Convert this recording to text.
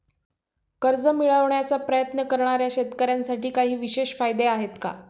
कर्ज मिळवण्याचा प्रयत्न करणाऱ्या शेतकऱ्यांसाठी काही विशेष फायदे आहेत का?